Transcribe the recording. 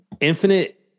Infinite